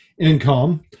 income